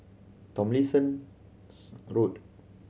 Tomlinson's Road